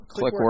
Clickwork